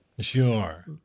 Sure